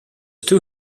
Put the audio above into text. two